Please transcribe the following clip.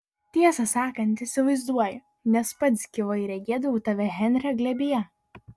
tiesą sakant įsivaizduoju nes pats vis gyvai regėdavau tave henrio glėbyje